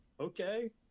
Okay